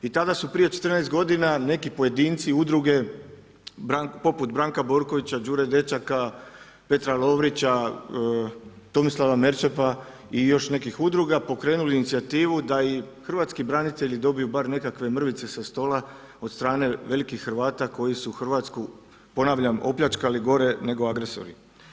I tada su prije 14 godina neki pojedinci, udruge poput Branka Borkovića, Đure Dečaka, Petra Lovrića, Tomislava Merčepa i još nekih udruga pokrenuli inicijativu da i hrvatski branitelji dobiju bar nekakve mrvice sa stola od strane velikih Hrvata koji su Hrvatsku ponavljam opljačkali gore nego agresori.